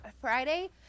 Friday